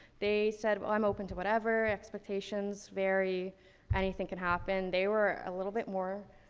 they said, well, i'm open to whatever, expectations very anything can happen. they were a little bit more,